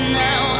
now